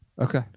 Okay